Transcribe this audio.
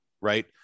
right